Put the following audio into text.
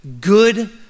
good